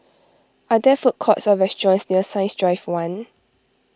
are there food courts or restaurants near Science Drive one